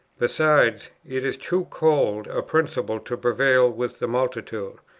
besides, it is too cold a principle to prevail with the multitude.